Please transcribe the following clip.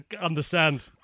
understand